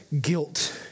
Guilt